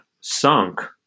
sunk